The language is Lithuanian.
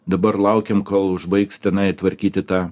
dabar laukiam kol užbaigs tenai tvarkyti tą